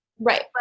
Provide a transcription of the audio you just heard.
Right